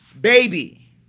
baby